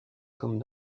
comme